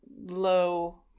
low